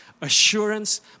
assurance